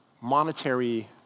monetary